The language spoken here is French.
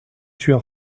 tueur